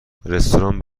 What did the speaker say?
رستوران